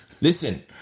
Listen